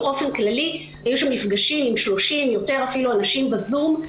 באופן כללי היו שם מפגשים עם 30 או יותר אנשים בזום.